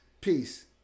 peace